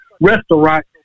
restaurant